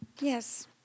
Yes